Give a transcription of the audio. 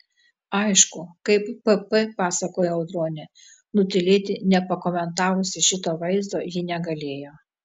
aišku kaip pp pasakojo audronė nutylėti nepakomentavusi šito vaizdo ji negalėjo